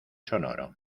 sonoro